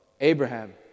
Abraham